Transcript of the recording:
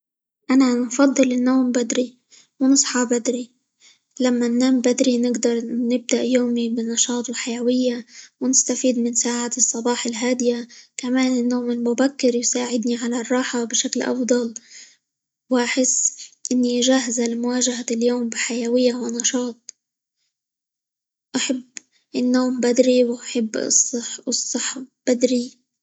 أنا أفضل النوم بدري، ونصحى بدري؛ لما ننام بدري نقدر نبدأ يومي بنشاط، وحيوية، ونستفيد من ساعات الصباح الهادية، كمان النوم المبكر يساعدني على الراحة بشكل أفضل، وأحسن إني جاهزة؛ لمواجة اليوم بحيوية، ونشاط، أحب النوم بدري، وأحب -الصح- الصحو بدري.